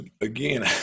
Again